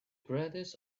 greatest